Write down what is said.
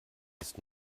ist